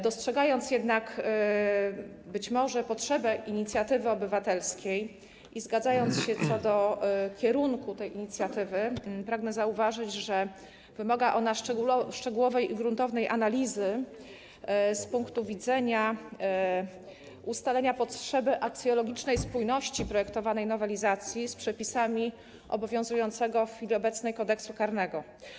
Dostrzegając, być może, potrzebę inicjatywy obywatelskiej i zgadzając się co do kierunku tej inicjatywy, pragnę jednak zauważyć, że wymaga ona szczegółowej i gruntownej analizy z punktu widzenia ustalenia potrzeby aksjologicznej spójności projektowanej nowelizacji z przepisami obowiązującego w chwili obecnej Kodeksu karnego.